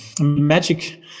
magic